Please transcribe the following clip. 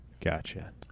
Gotcha